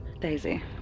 Daisy